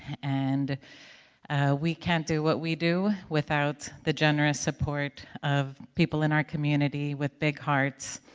and we can't do what we do without the generous support of people in our community with big hearts,